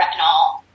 retinol